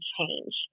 change